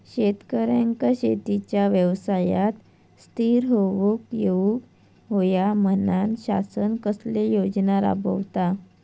शेतकऱ्यांका शेतीच्या व्यवसायात स्थिर होवुक येऊक होया म्हणान शासन कसले योजना राबयता?